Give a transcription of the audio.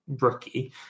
rookie